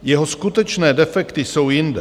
Jeho skutečné defekty jsou jinde.